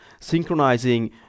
synchronizing